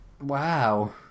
Wow